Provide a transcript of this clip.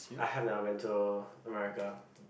I have never been to America